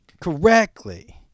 correctly